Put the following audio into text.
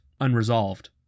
unresolved